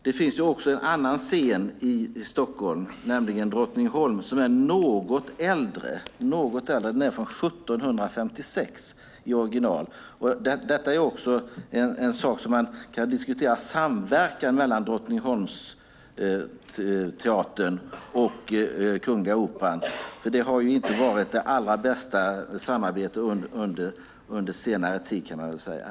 Det finns en annan scen i Stockholm, nämligen Drottningholmsteatern, som är något äldre. Den är från 1756 i original. Man kan diskutera samverkan mellan Drottningholmsteatern och Kungliga Operan. Det har ju inte varit det allra bästa samarbetet under senare tid, kan man väl säga.